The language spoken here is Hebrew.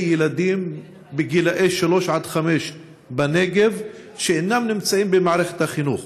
ילדים בגילאי שלוש עד חמש בנגב שאינם נמצאים במערכת החינוך.